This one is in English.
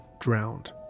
drowned